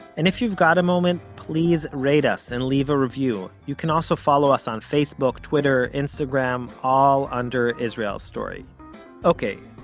and if you've got a moment, please rate us and leave a review. you can also follow us on fb, twitter, instagram, all under israel story ok,